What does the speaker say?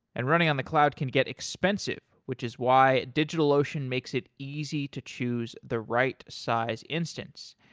and running on the cloud can get expensive, which is why digitalocean makes it easy to choose the right size instance,